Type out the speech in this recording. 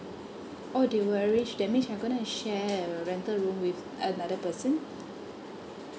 oh they will arrange that means you're gonna share a rental room with another person